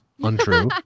untrue